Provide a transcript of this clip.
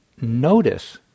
notice